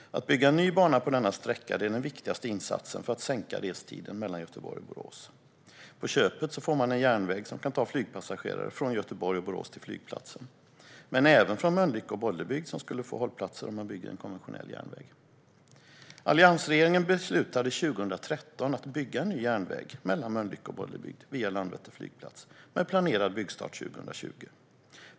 Att bygga en ny bana på denna sträcka är den viktigaste insatsen för att minska restiden mellan Göteborg och Borås. På köpet får man en järnväg som kan ta flygpassagerare från Göteborg och Borås till flygplatsen men även flygpassagerare från Mölnlycke och Bollebygd, som skulle få hållplatser om man bygger en konventionell järnväg. Alliansregeringen beslutade 2013 att bygga en ny järnväg mellan Mölnlycke och Bollebygd, via Landvetter flygplats, med planerad byggstart 2020.